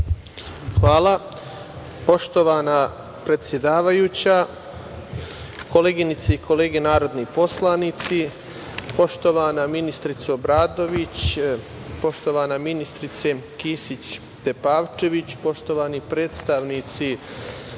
Hvala. Poštovana predsedavajuća, koleginice i kolege narodni poslanici, poštovana ministarko Obradović, poštovana ministarko Kisić Tepavčević, poštovani predstavnici